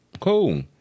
cool